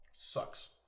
Sucks